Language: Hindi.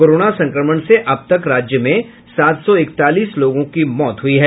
कोरोना संक्रमण से अब तक राज्य में सात सौ इकतालीस लोगों की मौत हो चुकी है